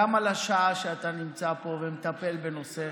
גם על השעה שאתה נמצא פה ומטפל בנושא